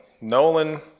Nolan